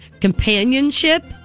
companionship